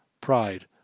pride